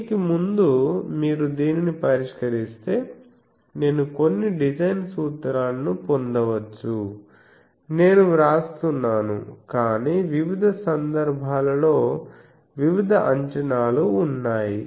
దీనికి ముందు మీరు దీనిని పరిష్కరిస్తే నేను కొన్ని డిజైన్ సూత్రాలను పొందవచ్చు నేను వ్రాస్తున్నాను కాని వివిధ సందర్భాలలో వివిధ అంచనాలు ఉన్నాయి